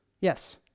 Yes